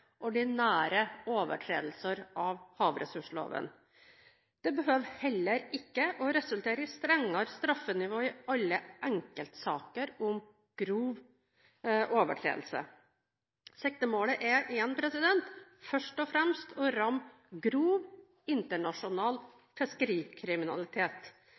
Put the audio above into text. ordinære overtredelser av havressursloven. Det behøver heller ikke å resultere i strengere straffenivå i alle enkeltsaker om grov overtredelse. Siktemålet er, igjen, først og fremst å ramme grov